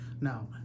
Now